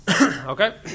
Okay